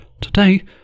Today